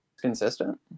consistent